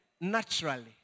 naturally